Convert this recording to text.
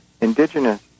indigenous